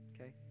okay